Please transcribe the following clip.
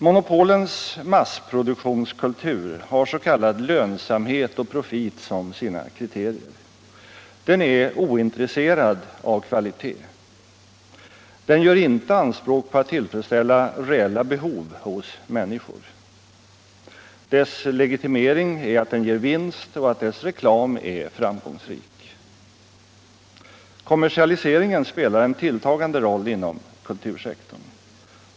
Monopolens massproduktionskultur har s.k. lönsamhet och profit som sina kriterier. Den är ointresserad av kvalitet. Den gör inte anspråk på att tillfredsställa reella behov hos människor. Dess legitimering är att den ger vinst och att dess reklam är framgångsrik. Kommersialiseringen spelar en tilltagande roll inom kultursektorn.